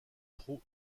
pro